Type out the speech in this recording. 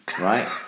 right